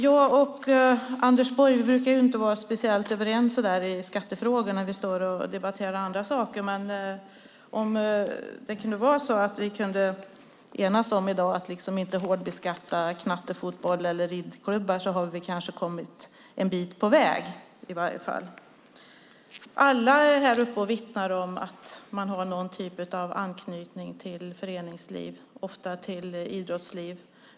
Jag och Anders Borg brukar inte vara speciellt överens i skattefrågor när vi debatterar andra saker, men om vi i dag kan enas om att inte hårdbeskatta knattefotboll eller ridklubbar har vi kanske kommit en bit på väg i varje fall. Alla är uppe och vittnar om att man har någon typ av anknytning till föreningslivet, ofta till idrotten.